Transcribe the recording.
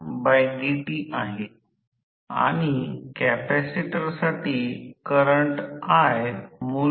तर या प्रकरणात 4 गोष्टी घडतील एक voltage E B l V त्याच्या वाहकमध्ये लावला जाईल जेव्हा तो कापला जाईल तो फ्लक्स असेल